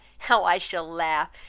how i shall laugh!